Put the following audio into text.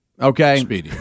Okay